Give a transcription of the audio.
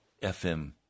FM